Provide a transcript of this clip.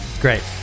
Great